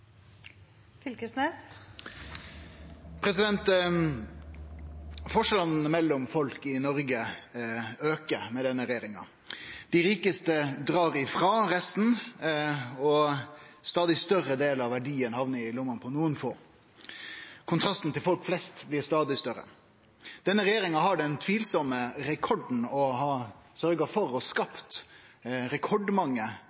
Forskjellane mellom folk i Noreg aukar med denne regjeringa. Dei rikaste drar ifrå resten, og ein stadig større del av verdiane hamnar i lommene på nokre få. Kontrasten til folk flest blir stadig større. Denne regjeringa har den tvilsame rekorden å ha sørgt for å